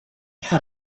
had